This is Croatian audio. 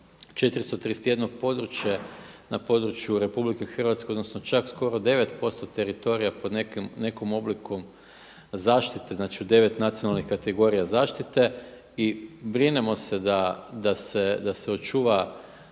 431 područje na području RH odnosno čak skoro 9% teritorija pod nekim oblikom zaštite, znači u 9 nacionalnih kategorija zaštite i brinemo se da se očuva